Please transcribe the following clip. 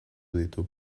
ditu